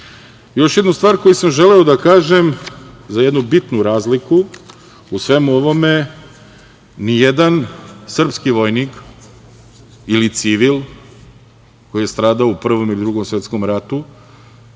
jednu stvar koju sam želeo da kažem, za jednu bitnu razliku u svemu o ovome nijedan srpski vojnik ili civil koji je stradao u Prvom ili Drugom svetskom ratu,